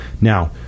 Now